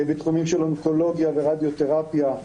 בתחומים של אונקולוגיה ורדיותרפיה.